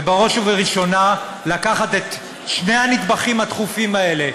ובראש וראשונה לקחת את שני הנדבכים הדחופים האלה,